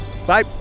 Bye